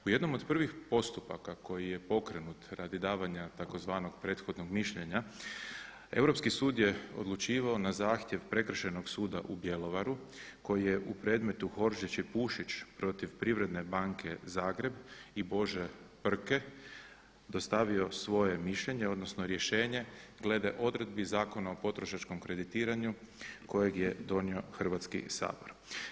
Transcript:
U jednom od prvih postupaka koji je pokrenut radi davanja tzv. prethodnog mišljenja Europski sud je odlučivao na zahtjev Prekršajnog suda u Bjelovaru koji je u predmetu Horžić i Pušić protiv Privredne banke Zagreb i Bože Prke dostavio svoje mišljenje odnosno rješenje glede odredbi Zakona o potrošačkom kreditiranju kojeg je donio Hrvatski sabor.